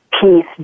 peace